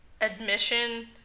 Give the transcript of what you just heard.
Admission